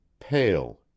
pale